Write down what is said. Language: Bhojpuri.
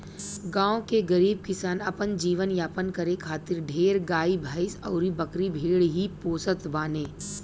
गांव के गरीब किसान अपन जीवन यापन करे खातिर ढेर गाई भैस अउरी बकरी भेड़ ही पोसत बाने